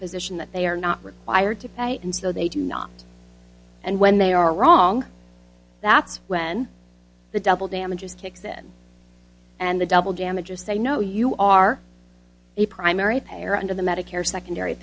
position that they are not required to pay and so they do not and when they are wrong that's when the double damages kicks in and the double damages say no you are a primary payer under the medicare secondary